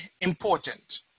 important